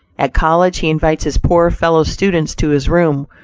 at college, he invites his poor fellow-students to his room,